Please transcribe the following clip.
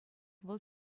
вӑл